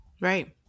Right